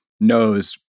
knows